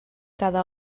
cada